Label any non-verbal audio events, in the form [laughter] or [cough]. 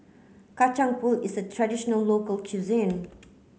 Kacang Pool is a traditional local [unintelligible]